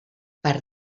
per